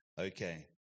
Okay